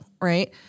right